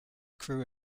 crew